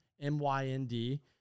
M-Y-N-D